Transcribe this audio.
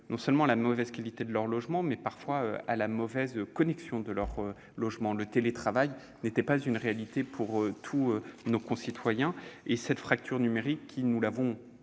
non seulement à la mauvaise qualité de leur logement, mais aussi, parfois, à leur mauvaise connexion. Le télétravail n'était pas une réalité pour tous nos concitoyens. Le facteur numérique, qui, nous l'avons